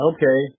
Okay